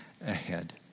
ahead